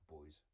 boys